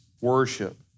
worship